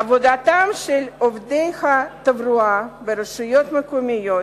עבודתם של עובדי התברואה ברשויות המקומיות